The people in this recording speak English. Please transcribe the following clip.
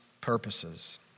purposes